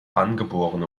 angeborene